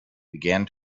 began